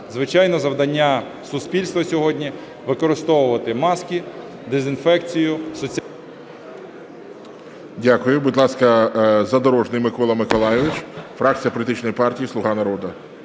Звичайно, завдання суспільства сьогодні – використовувати маски, дезінфекцію...